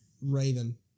Raven